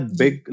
big